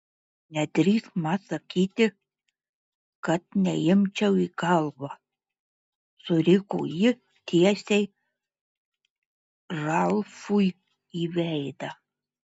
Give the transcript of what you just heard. nedrįsk man sakyti kad neimčiau į galvą suriko ji tiesiai ralfui į veidą